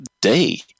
day